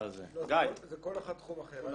כל אחד תחום אחר.